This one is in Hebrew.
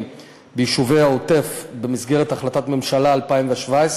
ביישובי העוטף במסגרת החלטת הממשלה 2017,